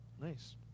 nice